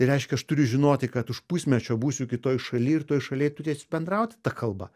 tai reiškia aš turiu žinoti kad už pusmečio būsiu kitoj šalyj ir toj šaly turėsiu bendrauti ta kalba